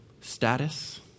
status